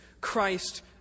Christ